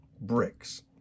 bricks